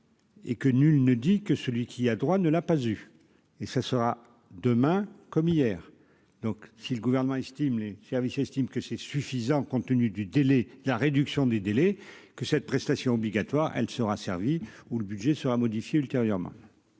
et que nul ne dit que celui qui a droit, ne l'a pas eu et ce sera demain comme hier, donc, si le gouvernement estime les services estime que c'est suffisant compte tenu du délai, la réduction des délais que cette prestation obligatoire, elle sera servie où le budget sera modifié ultérieurement.